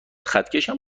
خطکشم